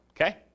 okay